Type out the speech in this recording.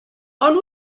ond